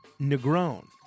Negron